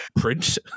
prince